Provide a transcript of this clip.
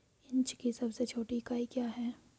Inch की सबसे छोटी इकाई क्या है?